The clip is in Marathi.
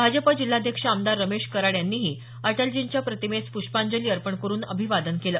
भाजपा जिल्हाध्यक्ष आमदार रमेश कराड यांनीही अटलजींच्या प्रतिमेस पुष्पांजली अर्पण करून अभिवादन केलं